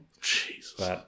Jesus